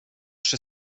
przy